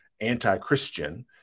anti-Christian